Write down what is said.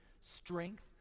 strength